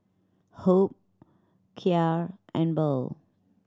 Hope Kya and Burl